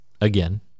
again